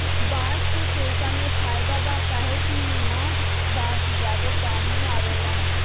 बांस के पेसा मे फायदा बा काहे कि ईहा बांस ज्यादे काम मे आवेला